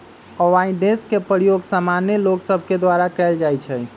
avoidance के प्रयोग सामान्य लोग सभके द्वारा कयल जाइ छइ